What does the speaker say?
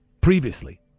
previously